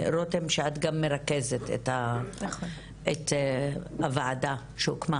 שאת גם מרכזת את הוועדה שהוקמה.